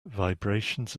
vibrations